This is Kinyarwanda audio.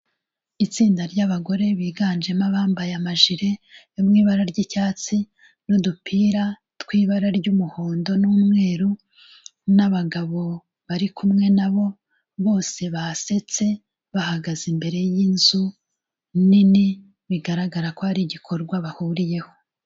Itsinda ry'abagore biganjemo abambaye amajire yo mu ibara ryicyatsi n'udupira two mu ibara ry'umuhondo n'umweru, n'abagabo bari kumwe na bo bose basetse, bahagaze imbere y'inzu nini, bigaragara ko hari igikorwa bahuriyeho.